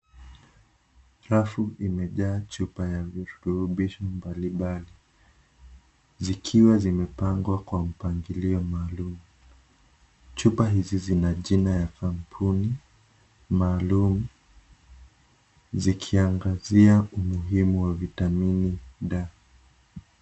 Safu imejaa chupa ya virutubisho mbali mbali, zikiwa zimepangwa kwa mpangilio maalum, chupa hizi zina jina ya kampuni maalum zikiangazia umuhimu wa "Vitamin D".